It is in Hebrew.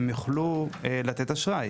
הם יוכלו לתת אשראי.